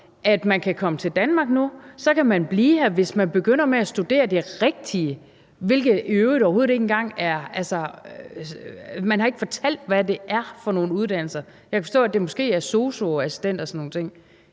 at man kan komme til Danmark nu, og at så kan man blive her, hvis man begynder med at studere det rigtige – og man har i øvrigt overhovedet ikke fortalt, hvad det er for nogle uddannelser. Jeg kan forstå, at det måske er sosu-assistent og sådan nogle ting,